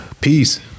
Peace